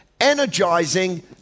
energizing